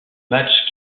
matches